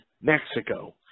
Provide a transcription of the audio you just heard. Mexico